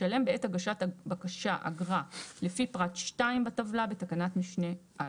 ישלם בעת הגשת הבקשה אגרה לפי פרט (2) בטבלה בתקנת משנה (א).